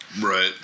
Right